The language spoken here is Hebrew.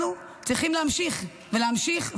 אנחנו צריכים להמשיך, ולהמשיך,